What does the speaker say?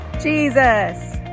Jesus